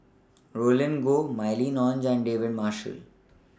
Roland Goh Mylene Ong and David Marshall